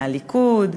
מהליכוד,